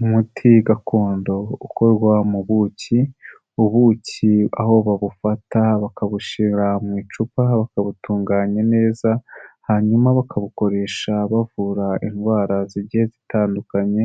Umuti gakondo ukorwa mu buki, ubuki aho babufata bakabushyira mu icupa bakawutunganya neza hanyuma bakabukoresha bavura indwara zigiye zitandukanye,